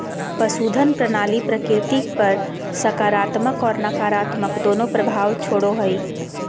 पशुधन प्रणाली प्रकृति पर सकारात्मक और नकारात्मक दोनों प्रभाव छोड़ो हइ